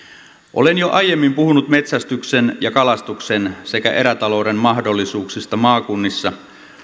olen jo aiemmin puhunut metsästyksen ja kalastuksen sekä erätalouden mahdollisuuksista maakunnissa